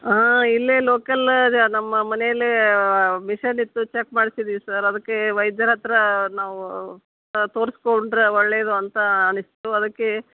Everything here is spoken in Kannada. ಹಾಂ ಇಲ್ಲೇ ಲೋಕಲ್ಲಾಗ ನಮ್ಮ ಮನೆಯಲ್ಲೇ ಮಿಷನ್ ಇತ್ತು ಚೆಕ್ ಮಾಡ್ಸಿದಿವಿ ಸರ್ ಅದಕ್ಕೆ ವೈದ್ಯರ ಹತ್ರ ನಾವು ತೋರಿಸ್ಕೊಂಡ್ರೆ ಒಳ್ಳೇದು ಅಂತ ಅನ್ನಿಸ್ತು ಅದಕ್ಕೆ